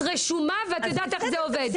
את רשומה ואת יודעת איך זה עובד.